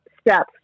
steps